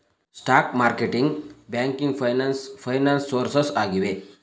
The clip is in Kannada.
stock marketing, banking finance finance sources ಆಗಿವೆ